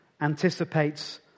anticipates